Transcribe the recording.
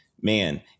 man